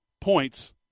points